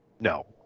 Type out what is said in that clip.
No